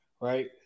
right